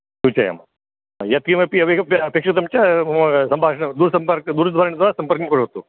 सूचयाम यत्किमपि अपेक्षितं च मम सम्भाषणं दूरद्वारेण सम्पर्कं करोतु